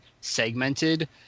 segmented